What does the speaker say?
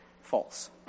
false